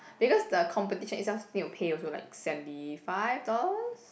because the competition is just need to pay also like seventy five dollars